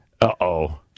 Uh-oh